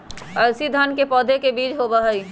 अलसी सन के पौधे के बीज होबा हई